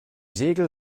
segel